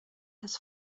his